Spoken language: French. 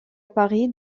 paris